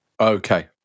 Okay